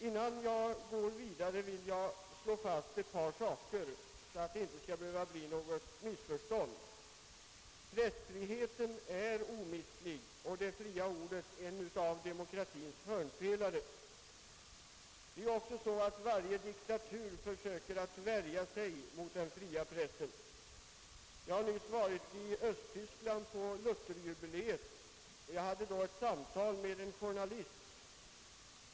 Innan jag går vidare vill jag slå fast ett par saker för att det inte skall behöva bli något missförstånd. Pressfriheten är omistlig och det fria ordet en av demokratins hörnpelare; varje diktatur försöker ju värja sig mot den fria pressen. Jag har nyss varit i Östtyskland på Lutherjubileet och hade där ett samtal med en journalist.